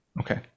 Okay